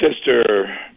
Sister